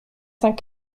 cinq